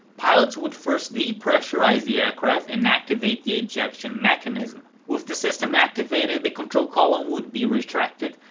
pilots would first depressurize the aircraft and activate the ejection mechanism, with the system activated the control column would be retracted,